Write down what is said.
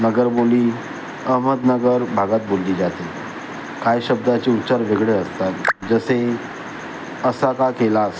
नगर बोली अहमदनगर भागात बोलली जाते काही शब्दाचे उच्चार वेगळे असतात जसे असा का केलास